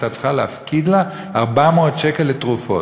הייתה צריכה להפקיד לה 400 שקל לתרופות.